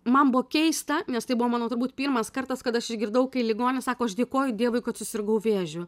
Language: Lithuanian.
man buvo keista nes tai buvo mano turbūt pirmas kartas kada aš išgirdau kai ligonis sako aš dėkoju dievui kad susirgau vėžiu